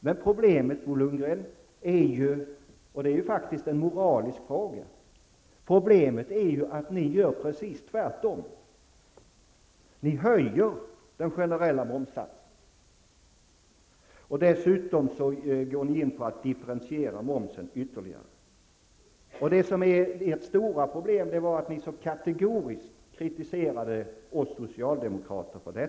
Men problemet, Bo Lundgren, är ju -- och det är faktiskt en moralisk fråga -- att ni gör precis tvärtom. Ni höjer den generella momssatsen. Dessutom går ni in att ytterligare differentiera momsen. Det stora problemet för er är att ni så kategoriskt har kritiserat oss socialdemokrater i detta avseende.